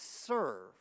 serve